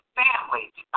families